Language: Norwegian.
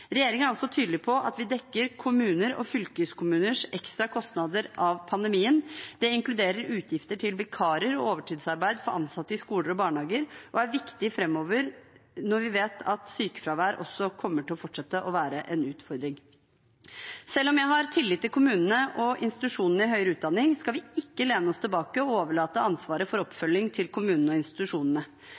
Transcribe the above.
er også tydelig på at vi dekker kommuner og fylkeskommuners ekstra kostnader av pandemien. Det inkluderer utgifter til vikarer og overtidsarbeid for ansatte i skoler og barnehager. Det er viktig framover, når vi vet at sykefraværet kommer til å fortsette å være en utfordring. Selv om jeg har tillit til kommunene og institusjonene i høyere utdanning, skal vi ikke lene oss tilbake og overlate ansvaret for oppfølging til kommunene og institusjonene.